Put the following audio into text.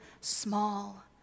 small